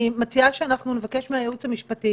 אני מציעה שאנחנו נבקש מהייעוץ המשפטי